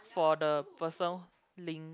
for the person link